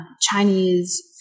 Chinese